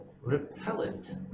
Repellent